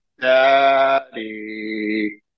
Daddy